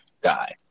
guy